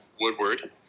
Woodward